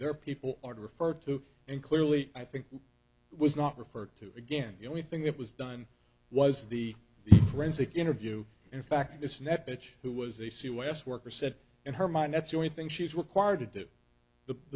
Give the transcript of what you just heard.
there people are referred to and clearly i think it was not referred to again the only thing it was done was the forensic interview in fact its net bitch who was a c y s worker said in her mind that's the only thing she's required to do the